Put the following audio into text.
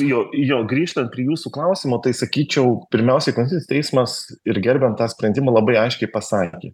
jo jo grįžtant prie jūsų klausimo tai sakyčiau pirmiausia konstitucinis teismas ir gerbiant tą sprendimą labai aiškiai pasakė